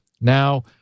Now